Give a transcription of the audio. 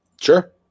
Sure